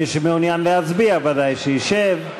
מי שמעוניין להצביע ודאי שישב.